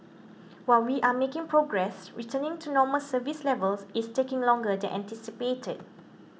while we are making progress returning to normal service levels is taking longer than anticipated